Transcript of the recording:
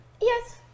Yes